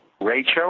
Rachel